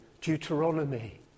Deuteronomy